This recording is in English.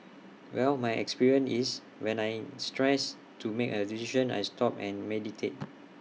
well my experience is when I stressed to make A decision I stop and meditate